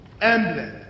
emblem